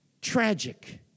Tragic